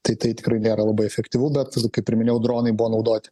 tai tai tikrai nėra labai efektyvu bet kai ir minėjau dronai buvo naudoti